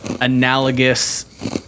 analogous